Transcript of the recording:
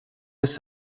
fhios